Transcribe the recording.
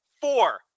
four